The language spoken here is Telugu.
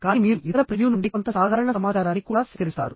కానీ మీరు ఇతర ప్రివ్యూ నుండి కొంత సాధారణ సమాచారాన్ని కూడా సేకరిస్తారు